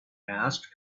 asked